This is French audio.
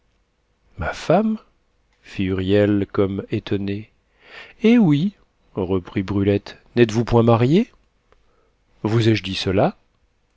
ma femme fit huriel comme étonné eh oui reprit brulette n'êtes-vous point marié vous ai-je dit cela